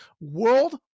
World